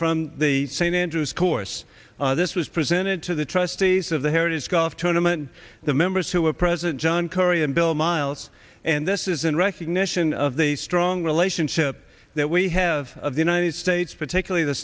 from the st andrews course this was presented to the trustees of the heritage golf tournament the members who are president john curry and bill miles and this is in recognition of the strong relationship that we have of the united states particularly the